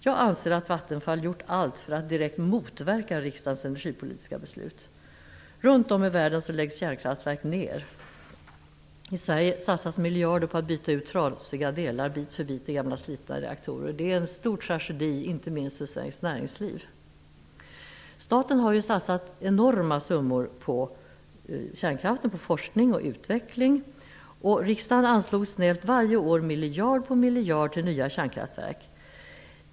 Jag anser att Vattenfall gjort allt för att direkt motverka riksdagens energipolitiska beslut. Runt om i världen läggs kärnkraftverk ned, men i Sverige satsas miljarder på att byta ut trasiga delar bit för bit i gamla slitna reaktorer. Det är en stor tragedi, inte minst för Sveriges näringsliv. Staten har satsat enorma summor på forskning och utveckling av kärnkraften. Riksdagen anslog snällt varje år miljard efter miljard till nya kärnkraftverk.